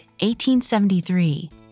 1873